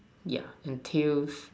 yeah and tails